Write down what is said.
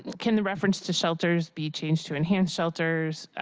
can the reference to shelters be changed to enhance shelters?